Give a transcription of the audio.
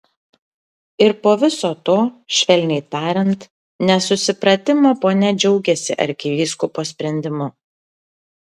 ir po viso to švelniai tariant nesusipratimo ponia džiaugiasi arkivyskupo sprendimu